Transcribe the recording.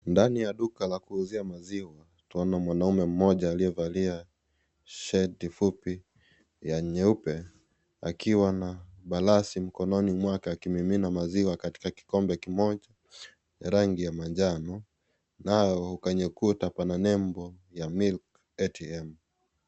Ndani ya duka la kuuzia maziwa twaona mwanaume mmoja aliyevalia shati fupi ya nyeupe akiwa na balasi mkononi mwake akimimina maziwa katika kikombe kimoja rangi ya manjano naye kwenye ukuta kuna pana nembo ya milk atm .